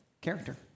Character